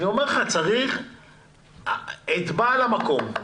צריך לקנוס את בעל המקום,